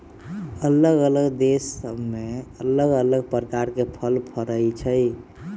अल्लग अल्लग देश सभ में अल्लग अल्लग प्रकार के फल फरइ छइ